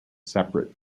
separate